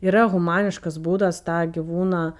yra humaniškas būdas tą gyvūną